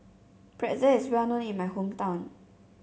pretzel is well known in my hometown